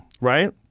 right